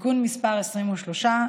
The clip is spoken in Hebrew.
(תיקון מס' 23),